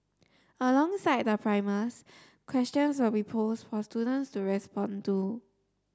alongside the primers questions will be posed for students to respond to